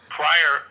prior